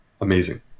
amazing